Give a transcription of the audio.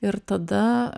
ir tada